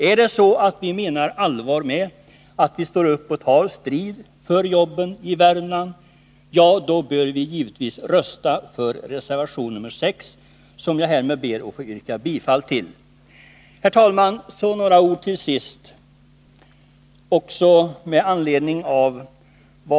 Är det så att vi menar allvar när vi står upp och tar strid för jobben i Värmland — ja, då bör vi givetvis rösta för reservation nr 6, som jag härmed ber att få yrka bifall till.